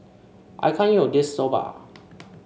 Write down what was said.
I can't eat all of this Soba